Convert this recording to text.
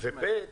וכן